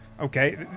okay